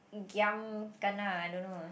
Giam Kana I don't know ah